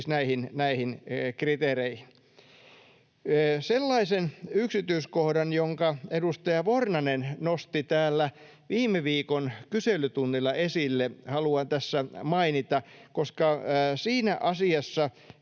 näihin kriteereihin. Sellaisen yksityiskohdan, jonka edustaja Vornanen nosti täällä viime viikon kyselytunnilla esille, haluan tässä mainita, koska siinä asiassa